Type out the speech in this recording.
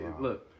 Look